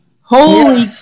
Holy